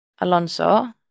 Alonso